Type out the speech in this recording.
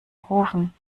rufen